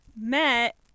met